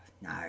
no